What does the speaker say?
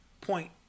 point